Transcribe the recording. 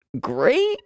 great